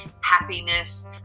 happiness